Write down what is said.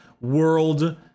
world